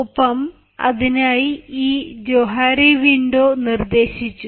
ഒപ്പം അതിനായി ഈ ജോഹാരി വിൻഡോ നിർദ്ദേശിച്ചു